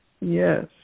Yes